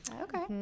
okay